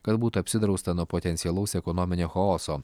kad būtų apsidrausta nuo potencialaus ekonominio chaoso